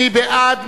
מי בעד?